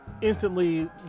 instantly